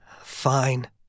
Fine